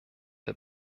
der